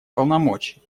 полномочий